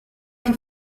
che